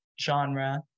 genre